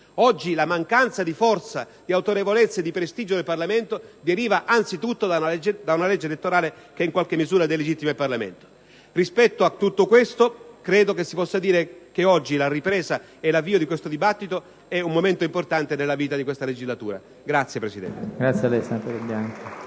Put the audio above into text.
Oggi la mancanza di forza, di autorevolezza e di prestigio del Parlamento deriva anzitutto da una legge elettorale che in qualche misura lo delegittima. Rispetto a tutto questo credo si possa dire che oggi la ripresa., l'avvio di tale dibattito sia un momento importante della vita di questa legislatura. *(Applausi